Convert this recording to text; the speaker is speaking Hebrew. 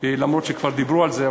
אף שכבר דיברו על זה,